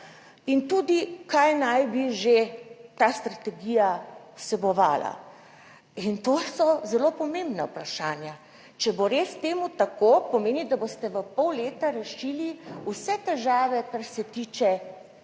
in tudi kaj naj bi že ta strategija vsebovala. To so zelo pomembna vprašanja. Če bo res temu tako, pomeni, da boste v pol leta rešili vse težave, kar se tiče